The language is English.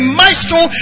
maestro